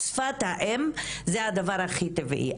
שפת האדם היא הדבר הכי טבעי.